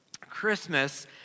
Christmas